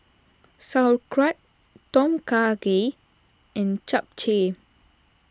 Sauerkraut Tom Kha Gai and Japchae